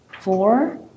four